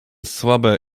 słabe